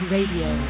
Radio